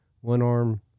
One-arm